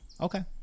Okay